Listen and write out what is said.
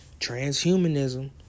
Transhumanism